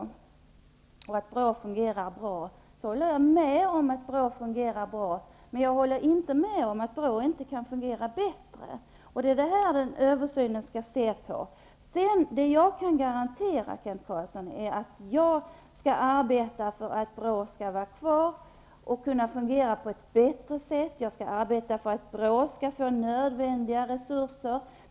Jag håller med om att BRå fungerar bra. Men jag håller inte med om att BRÅ inte kan fungera bättre. Det är vad översynen går ut på. Det jag kan garantera Kent Carlsson är att jag skall arbeta för att BRÅ skall vara kvar och kunna fungera på ett bättre sätt. Jag skall arbeta för att BRÅ skall få nödvändiga resurser.